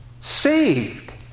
Saved